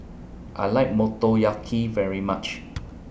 I like Motoyaki very much